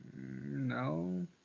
No